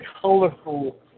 colorful